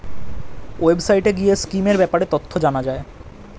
ওয়েবসাইটে গিয়ে স্কিমের ব্যাপারে তথ্য জানা যায়